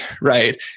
right